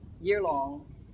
year-long